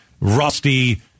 rusty